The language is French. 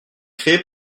créée